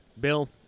Bill